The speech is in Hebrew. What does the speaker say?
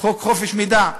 חוק חופש המידע.